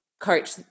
coach